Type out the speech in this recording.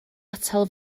atal